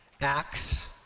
Acts